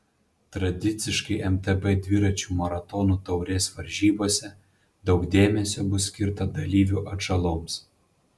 tradiciškai mtb dviračių maratonų taurės varžybose daug dėmesio bus skirta dalyvių atžaloms